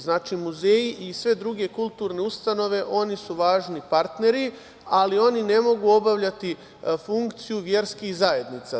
Znači, muzeji i sve druge kulturne ustanove, oni su važni partneri, ali oni ne mogu obavljati funkciju verskih zajednica.